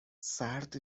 سرد